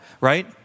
right